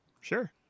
sure